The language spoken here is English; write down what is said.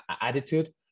attitude